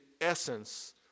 essence